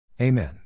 Amen